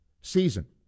season